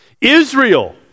Israel